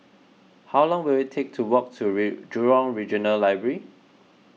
how long will it take to walk to Jurong Regional Library